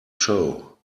show